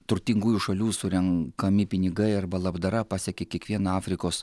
turtingųjų šalių surenkami pinigai arba labdara pasiekia kiekvieną afrikos